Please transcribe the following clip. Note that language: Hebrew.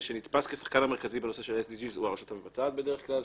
שנתפס כשחקן המרכזי בנושא ה- SDGsהוא הרשות המבצעת בדרך כלל,